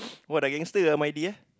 [wah] dah gangster ah Maidy eh